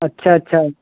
अच्छा अच्छा